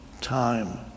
time